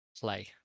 play